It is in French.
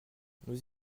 nous